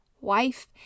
wife